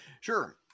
Sure